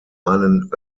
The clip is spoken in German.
einen